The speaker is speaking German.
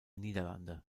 niederlande